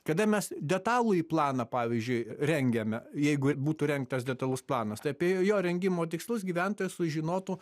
kada mes detalųjį planą pavyzdžiui rengiame jeigu būtų rengtas detalus planas tai apie j jo rengimo tikslus gyventojas sužinotų